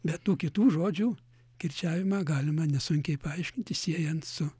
be tų kitų žodžių kirčiavimą galima nesunkiai paaiškinti siejant su